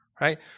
right